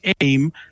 aim